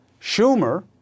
Schumer